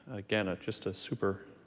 again, just a super,